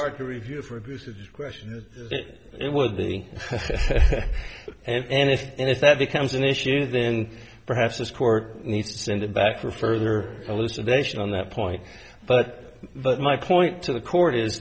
hard to review for abusive question that it would be and if and if that becomes an issue then perhaps this court needs to send it back for further elucidation on that point but but my point to the court is